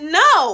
no